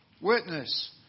witness